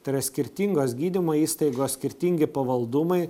tai yra skirtingos gydymo įstaigos skirtingi pavaldumai